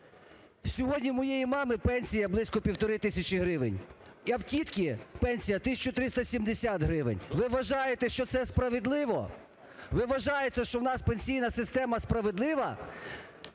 Сьогодні у моєї мами пенсія близько півтори тисячі гривень, а в тітки пенсія – 1 тисяча 370 гривень. Ви вважаєте, що це справедливо? Ви вважаєте, що в нас пенсійна система справедлива?